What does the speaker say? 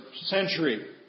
century